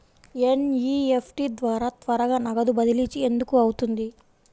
NEFT ద్వారా త్వరగా నగదు బదిలీ ఎందుకు అవుతుంది?